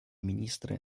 министра